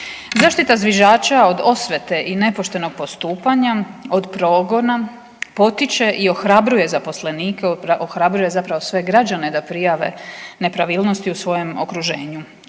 Zaštita zviždača od osvete i nepoštenog postupanja od progona potiče i ohrabruje zaposlenike, ohrabruje zapravo sve građane da prijave nepravilnosti u svojem okruženju.